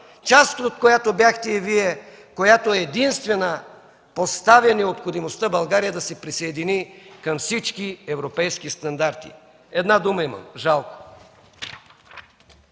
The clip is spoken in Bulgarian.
част от която бяхте и Вие, която единствена постави необходимостта България да се присъедини към всички европейски стандарти. Една дума имам – жалко!